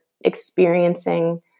experiencing